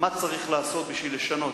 מה צריך לעשות בשביל לשנות?